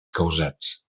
causats